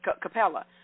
Capella